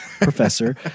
professor